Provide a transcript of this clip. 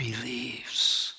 believes